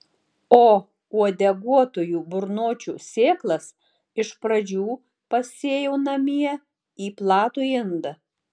o uodeguotųjų burnočių sėklas iš pradžių pasėjau namie į platų indą